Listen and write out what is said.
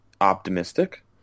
optimistic